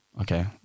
okay